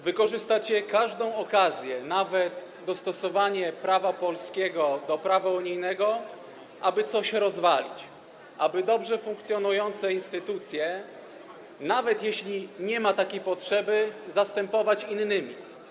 Wykorzystacie każdą okazję, nawet dostosowanie prawa polskiego do prawa unijnego, aby coś rozwalić, aby dobrze funkcjonującą instytucję, nawet jeśli nie ma takiej potrzeby, zastąpić inną.